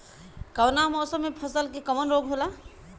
कवना मौसम मे फसल के कवन रोग होला?